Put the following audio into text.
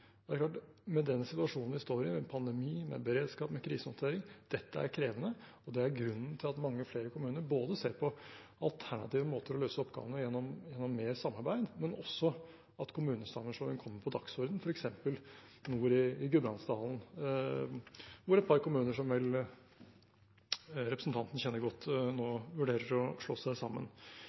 Det er klart at med den situasjonen vi står i, med pandemi, med beredskap, med krisehåndtering, er dette krevende. Det er grunnen til både at mange flere kommuner ser på alternative måter å løse oppgavene på gjennom å ha mer samarbeid, og også at kommunesammenslåing kommer på dagsordenen, f.eks. nord i Gudbrandsdalen, hvor et par kommuner som representanten vel kjenner godt, nå vurderer å slå seg sammen.